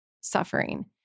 suffering